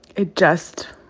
it just